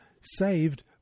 saved